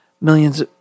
millions